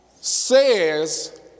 says